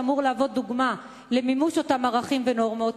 שאמור להוות דוגמה למימוש אותם ערכים ונורמות,